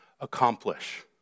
accomplish